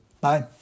Bye